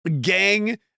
gang